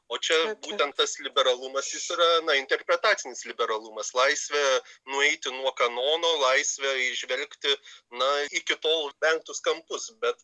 o čia būtent tas liberalumas jis yra nu interpretacinis liberalumas laisvė nueiti nuo kanono laisvė įžvelgti na iki tol vengtus kampus bet